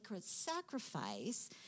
sacrifice